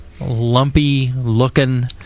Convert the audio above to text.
lumpy-looking